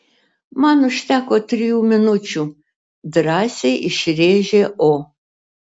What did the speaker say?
man užteko trijų minučių drąsiai išrėžė o